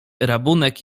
rabunek